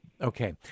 Okay